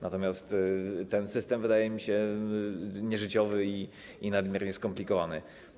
Natomiast ten system wydaje mi się nieżyciowy i nadmiernie skomplikowany.